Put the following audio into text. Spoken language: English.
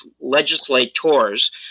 legislators